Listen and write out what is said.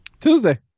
Tuesday